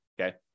okay